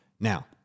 Now